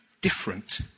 different